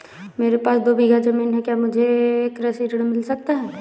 मेरे पास दो बीघा ज़मीन है क्या मुझे कृषि ऋण मिल सकता है?